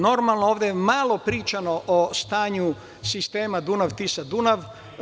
Normalno, ovde je malo pričano o stanju sistema Dunav-Tisa-Dunav.